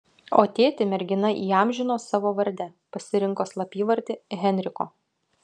o tėtį mergina įamžino savo varde pasirinko slapyvardį henriko